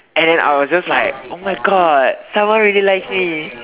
and then I was just like oh my God someone really likes me